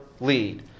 lead